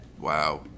Wow